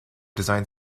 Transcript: designed